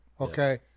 Okay